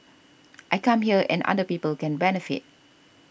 I come here and other people can benefit